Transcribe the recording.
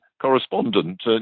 correspondent